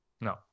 No